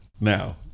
now